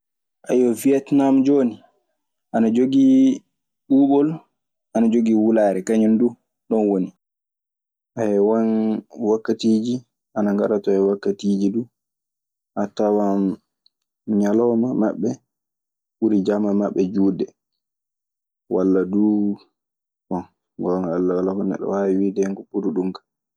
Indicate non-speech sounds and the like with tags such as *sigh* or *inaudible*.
*hesitation* wietnaam jooni ana jogii ɓuubol, ana jogii wulaare kañum duu ɗoon woni. *hesitation* won wakkatiiji ana ngara ton e wakkatiiji du, a tawan ñalawma maɓɓe ɓuri jamma maɓɓe juutde. Walla duu, bon so ngoonga Alla, walaa ko neɗɗo waawi wiide hen ko ɓuri ɗun kaa.